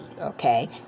okay